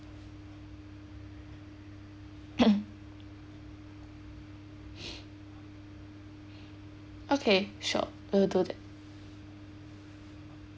okay sure we'll do that